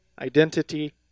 identity